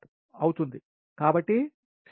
అవుతుంది కాబట్టి 6 x 0